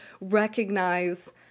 recognize